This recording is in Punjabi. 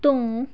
ਤੋਂ